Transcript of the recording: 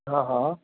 हा हा